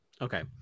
Okay